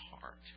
heart